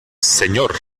señor